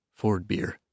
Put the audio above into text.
Fordbeer